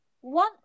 One